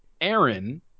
aaron